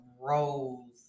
roles